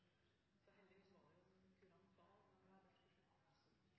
er heller ingen